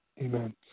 Amen